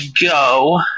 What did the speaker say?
go